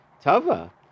Tava